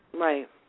Right